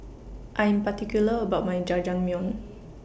I Am particular about My Jajangmyeon